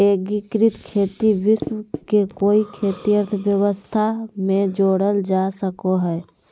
एग्रिकृत खेती विश्व के कोई खेती व्यवस्था में जोड़ल जा सको हइ